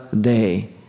day